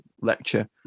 lecture